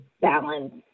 balance